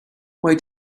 why